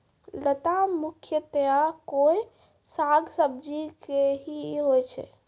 लता मुख्यतया कोय साग सब्जी के हीं होय छै